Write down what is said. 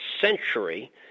century